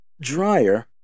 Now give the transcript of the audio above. dryer